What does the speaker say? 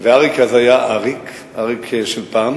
ואריק אז היה אריק, אריק של פעם,